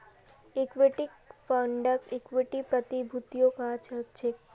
equity फंडक equity प्रतिभूतियो कह छेक